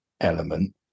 element